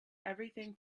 everything